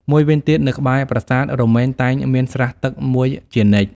មួយវិញទៀត នៅក្បែរប្រាសាទរមែងតែងមានស្រះទឹកមួយជានិច្ច។